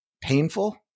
painful